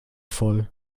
voll